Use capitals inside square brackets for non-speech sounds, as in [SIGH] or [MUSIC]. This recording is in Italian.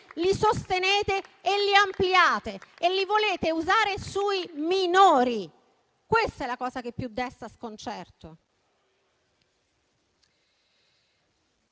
li sostenete, li ampliate [APPLAUSE] e li volete usare sui minori: questa è la cosa che più desta sconcerto.